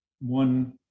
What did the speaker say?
one